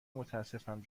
متاسفم